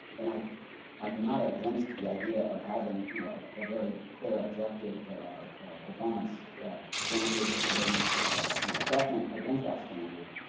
and i am not against the idea of having you know a very clear objective performance standard and then you know assessment against that seen